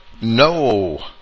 no